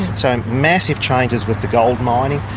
so massive changes with the goldmining.